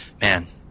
man